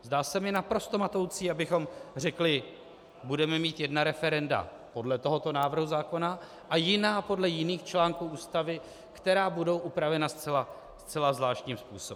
Zdá se mi naprosto matoucí, abychom řekli: Budeme mít jedna referenda podle tohoto návrhu zákona, a jiná podle jiných článků Ústavy, která budou upravena zcela zvláštním způsobem.